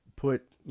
put